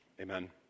Amen